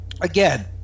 again